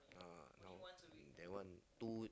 ah now that one two